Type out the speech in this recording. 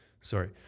Sorry